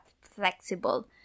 flexible